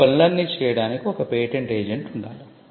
ఈ పనులన్నీ చేయడానికి ఒక పేటెంట్ ఏజెంట్ ఉండాలి